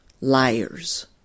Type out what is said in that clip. liars